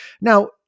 Now